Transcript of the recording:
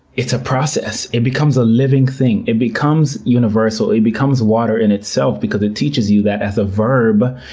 it's a process. it becomes a living thing. it becomes universal. it becomes water in itself because it teaches you that, as a verb,